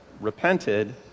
repented